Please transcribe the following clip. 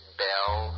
bell